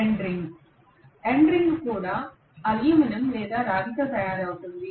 end ring కూడా aluminium లేదా రాగితో తయారవుతుంది